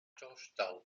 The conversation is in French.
georgetown